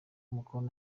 umukono